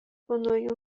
naujų